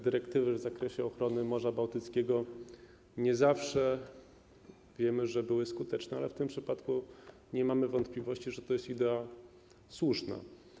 Dyrektywy w zakresie ochrony Morza Bałtyckiego nie zawsze, jak wiemy, były skuteczne, ale w tym przypadku nie mamy wątpliwości, że to jest idea słuszna.